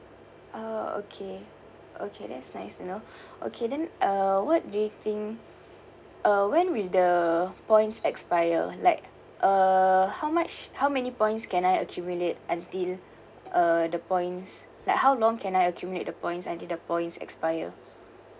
oh okay okay that's nice to know okay then uh what do you think uh when will the points expire like uh how much how many points can I accumulate until uh the points like how long can I accumulate the points until the points expire